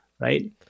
right